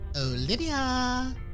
Olivia